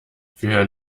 für